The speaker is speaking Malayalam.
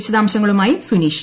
വിശദാംശങ്ങളുമായി സുനീഷ്